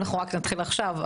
אנחנו רק נתחיל עכשיו.